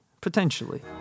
potentially